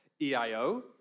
EIO